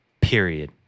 period